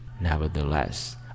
nevertheless